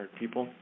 people